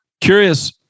Curious